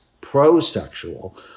pro-sexual